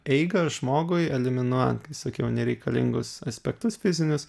eigą žmogui eliminuojant kai sakiau nereikalingus aspektus fizinius